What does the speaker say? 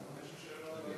יש לי שאלה.